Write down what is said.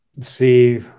see